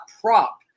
prop